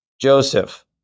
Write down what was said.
Joseph